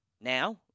now